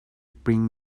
bring